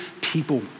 people